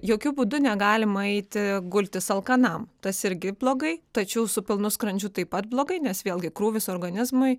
jokiu būdu negalima eiti gultis alkanam tas irgi blogai tačiau su pilnu skrandžiu taip pat blogai nes vėlgi krūvis organizmui